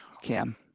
Cam